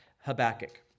Habakkuk